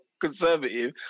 conservative